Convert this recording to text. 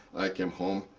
i came home,